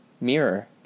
mirror